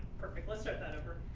start that over.